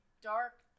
dark